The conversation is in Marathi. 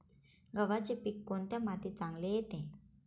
गव्हाचे पीक कोणत्या मातीत चांगले येते?